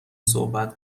صحبت